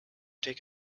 take